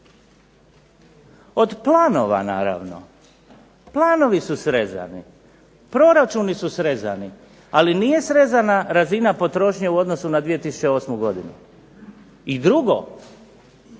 Od planova naravno, planovi su srezani. Proračuni su srezani, ali nije srezana razina potrošnje u odnosu na 2008. godinu. I drugo,